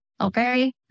okay